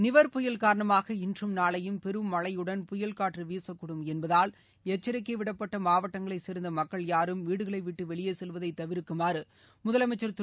நிவர் புயல் காரணமாக இன்றும் நாளையும் பெரும் மழையுடன் புயல் காற்று வீசக்கூடும் என்பதால் எச்சரிக்கை விடப்பட்ட மாவட்டங்களைச் சேர்ந்த மக்கள் யாரும் வீடுகளை விட்டு வெளியே செல்வதை தவிர்க்குமாறு முதலமைச்சர் திரு